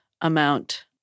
amount